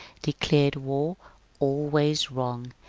declared war always wrong,